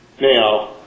Now